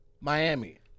Miami